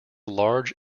large